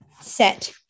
set